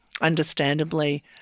understandably